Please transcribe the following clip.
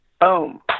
boom